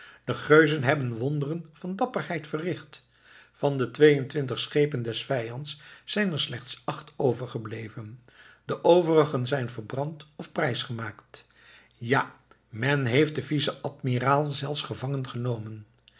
de geuzen hebben wonderen van dapperheid verricht van de tweeëntwintig schepen des vijands zijn er slechts acht overgebleven de overigen zijn verbrand of prijs gemaakt ja men heeft den vice-admiraal zelfs